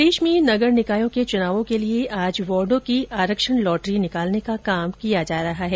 प्रदेश में नगर निकायों के चुनावों के लिए आज वार्डों की आरक्षण लॉटरी निकालने का काम किया जा रहा है